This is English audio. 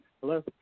Hello